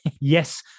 yes